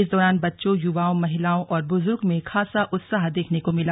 इस दौरान बच्चों युवाओं महिलाओं और बुजुर्गो में खासा उत्साह देखने को मिला